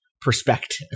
perspective